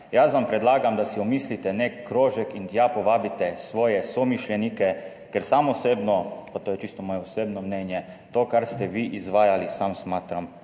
jaz vam predlagam, da si omislite nek krožek in tja povabite svoje somišljenike, ker sam osebno, pa to je čisto moje osebno mnenje, to kar ste vi izvajali, sam smatram